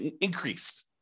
increased